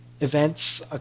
events